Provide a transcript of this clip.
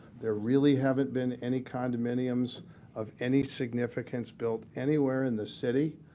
there really haven't been any condominiums of any significance built anywhere in the city